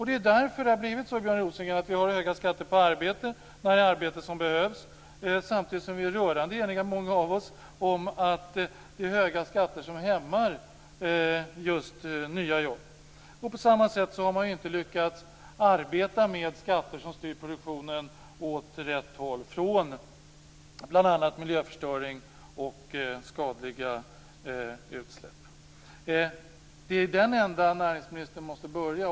Det är därför det har blivit så, Björn Rosengren, att vi har höga skatter på arbete, när det är arbete som behövs, samtidigt som vi är rörande eniga - många av oss - om att det är höga skatter som hämmar just nya jobb. Och på samma sätt har man inte lyckats arbeta med skatter som styr produktionen åt rätt håll, från bl.a. miljöförstöring och skadliga utsläpp. Det är i den ändan näringsministern måste börja.